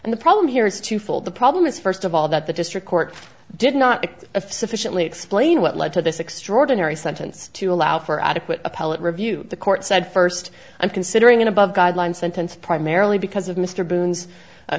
and the problem here is twofold the problem is first of all that the district court did not get a sufficiently explain what led to this extraordinary sentence to allow for adequate appellate review the court said first and considering an above guideline sentence primarily because of mr boone's a